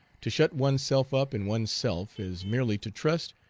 to shut one's self up in one's self is merely to trust,